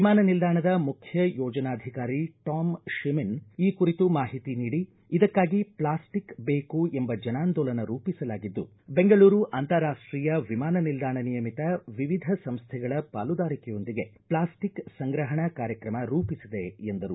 ವಿಮಾನ ನಿಲ್ದಾಣದ ಮುಖ್ಯ ಯೋಜನಾಧಿಕಾರಿ ಟಾಮ್ ಶಿಮಿನ್ ಈ ಕುರಿತು ಮಾಹಿತಿ ನೀಡಿ ಇದಕ್ಕಾಗಿ ಪ್ಲಾಸ್ಟಿಕ್ ಬೇಕು ಎಂಬ ಜನಾಂದೋಲನ ರೂಪಿಸಲಾಗಿದ್ದು ಬೆಂಗಳೂರು ಅಂತಾರಾಷ್ಷೀಯ ವಿಮಾನ ನಿಲ್ದಾಣ ನಿಯಮಿತ ವಿವಿಧ ಸಂಸ್ಥೆಗಳ ಪಾಲುದಾರಿಕೆಯೊಂದಿಗೆ ಪ್ಲಾಸ್ಟಿಕ್ ಸಂಗ್ರಹಣಾ ಕಾರ್ಯಕ್ರಮ ರೂಪಿಸಿದೆ ಎಂದರು